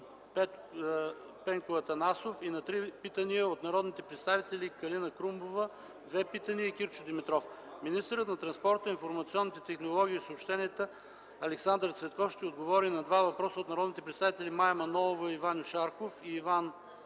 Пенко Атанасов, и на три питания от народните представители: Калина Крумова – две питания, и Кирчо Димитров; - министърът на транспорта, информационните технологии и съобщения Александър Цветков ще отговори на два въпроса от народните представители Мая Манолова, Ваньо Шарков и Иван Иванов;